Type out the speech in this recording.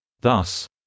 Thus